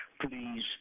please